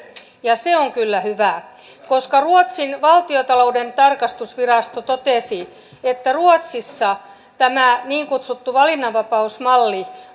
ja se on kyllä hyvä koska ruotsin valtiontalouden tarkastusvirasto totesi että ruotsissa tämä niin kutsuttu valinnanvapausmalli